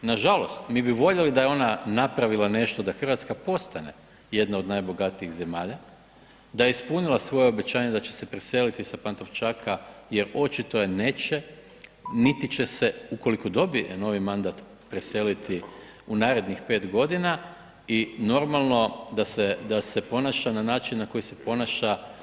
Nažalost, mi bi voljeli da je ona napravila nešto da Hrvatska postane jedna od najbogatijih zemalja, da je ispunila svoje obećanje da će se preseliti sa Pantovčaka jer očito je neće niti će se, ukoliko dobije novi mandat preseliti u narednih 5 godina i normalno da se ponaša na način na koji se ponaša.